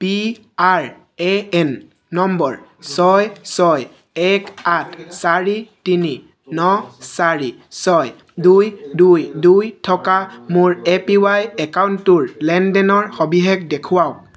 P R A N নম্বৰ ছয় ছয় এক আঠ চাৰি তিনি ন চাৰি ছয় দুই দুই দুই থকা মোৰ এ পি ৱাই একাউণ্টটোৰ লেনদেনৰ সবিশেষ দেখুৱাওক